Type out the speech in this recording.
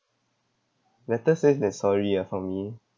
better safe than sorry ah for me